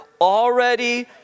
already